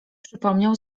przypomniał